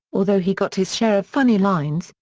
although he got his share of funny lines,